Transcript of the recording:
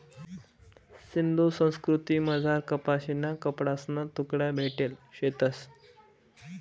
सिंधू संस्कृतीमझार कपाशीना कपडासना तुकडा भेटेल शेतंस